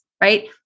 right